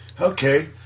Okay